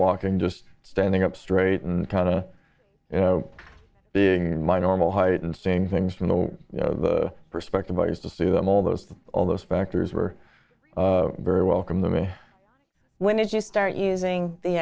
walking just standing up straight and kind of being my normal height and seeing things from the perspective i used to see them all those all those factors were very welcome to me when did you start using the